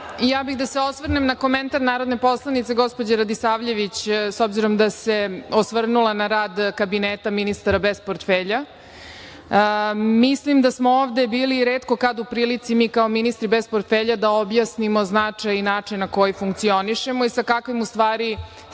bih da se osvrnem na komentar narodne poslanice gospođe Radisavljević, s obzirom da se osvrnula na rad kabineta ministara bez portfelja. Mislim da smo ovde bili retko kada u prilici mi kao ministri bez portfelja da objasnimo značaj i način na koji funkcionišemo i sa kakvim sredstvima